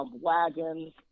Wagons